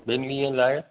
ॿिनि ॾींहनि लाइ